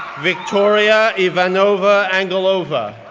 victoria ivanova angelova,